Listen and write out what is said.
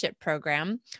Program